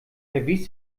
erwies